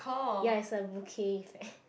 ya is a bokeh effect